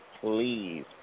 please